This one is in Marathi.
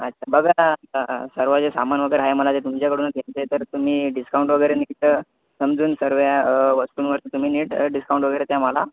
अच्छा बघा ना सर्व जे सामान वगैरे आहे मला ते तुमच्याकडूनच घ्यायचं आहे तर तुम्ही डिस्काउंट वगैरे नीट समजून सर्व वस्तूंवरती तुम्ही नीट डिस्काउंट वगैरे द्या मला